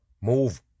Move